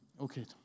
Okay